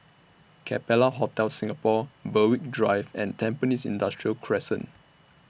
Capella Hotel Singapore Berwick Drive and Tampines Industrial Crescent